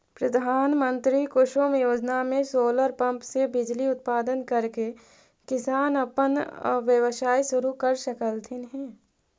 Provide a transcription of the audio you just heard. प्रधानमंत्री कुसुम योजना में सोलर पंप से बिजली उत्पादन करके किसान अपन व्यवसाय शुरू कर सकलथीन हे